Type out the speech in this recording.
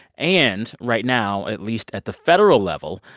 and right now at least at the federal level,